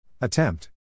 Attempt